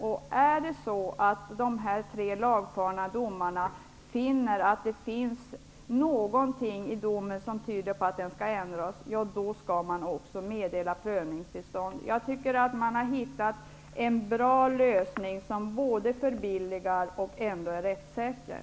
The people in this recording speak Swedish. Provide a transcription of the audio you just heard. Finner de tre lagfarna domarna att det finns någonting i domen som tyder på att den skall ändras, skall det också meddelas prövningstillstånd. Jag tycker att man har hittat en bra lösning som förbilligar och ändå är rättssäker.